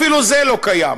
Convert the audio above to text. אפילו זה לא קיים.